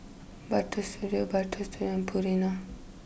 Butter Studio Butter Studio and Purina